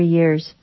years